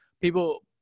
people